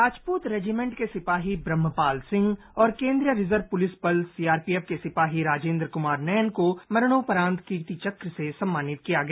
Rajput regiment के सिपाही ब्रह्मपाल सिंह और केंद्रीय रिजर्व पुलिस बल सीआरपीएफ के सिपाही राजेंद्र कुमार नैन को मरणोपरांत कीर्ति चक्र से सम्मानित किया गया